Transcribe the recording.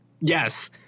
Yes